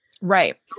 Right